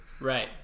Right